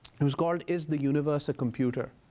it was called, is the universe a computer?